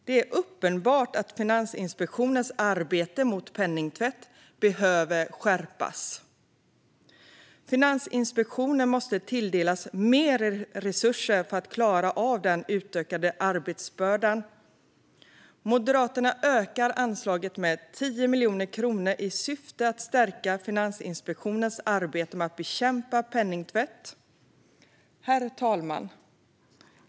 Det är uppenbart att Finansinspektionens arbete mot penningtvätt behöver skärpas. Finansinspektionen måste tilldelas mer resurser för att klara av den utökade arbetsbördan. Moderaterna ökar anslaget med 10 miljoner kronor i syfte att stärka Finansinspektionens arbete med att bekämpa penningtvätt. Herr talman!